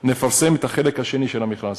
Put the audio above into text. נפרסם את החלק השני של המכרז.